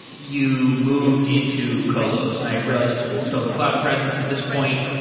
you moved into co-los, and i realize you still have a cloud presence at this point,